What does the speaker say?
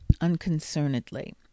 unconcernedly